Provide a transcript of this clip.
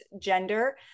gender